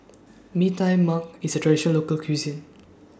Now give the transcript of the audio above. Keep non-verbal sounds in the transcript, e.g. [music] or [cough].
Mee Tai Mak IS A Traditional Local Cuisine [noise]